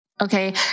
Okay